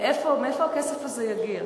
מאיפה הכסף הזה יגיע?